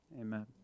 amen